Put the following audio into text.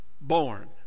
born